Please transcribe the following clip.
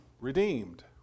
redeemed